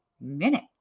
minute